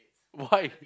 why